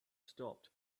stopped